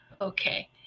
okay